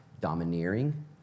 domineering